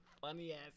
funny-ass